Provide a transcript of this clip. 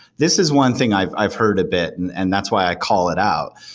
this is one thing i've i've heard a bit, and and that's why i call it out.